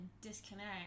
disconnect